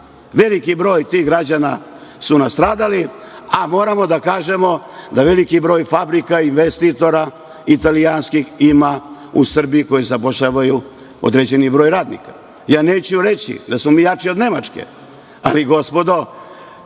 Veliki broj tih građana su nastradali, a moramo da kažemo da veliki broj fabrika, investitora italijanskih ima u Srbiji i zapošljavaju određeni broj radnika. Ja neću reći da smo jači od Nemačke, ali gospodo